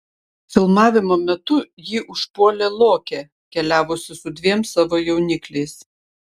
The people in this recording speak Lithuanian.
filmavimo metu jį užpuolė lokė keliavusi su dviem savo jaunikliais